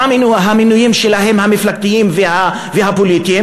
מה עם המינויים שלהן, המפלגתיים והפוליטיים?